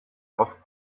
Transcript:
auf